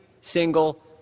single